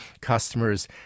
customers